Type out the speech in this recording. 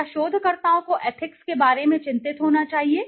क्या शोधकर्ताओं को एथिक्स के बारे में चिंतित होना चाहिए